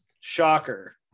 Shocker